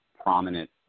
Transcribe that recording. prominent